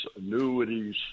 annuities